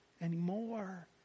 anymore